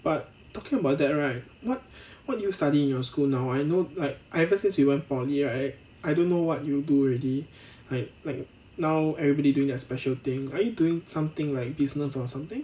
but talking about that right what what are you studying in your school now I know like ever since you went poly right I don't know what you do already like like now everybody doing their special thing are you doing something like business or something